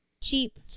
cheap